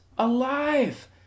alive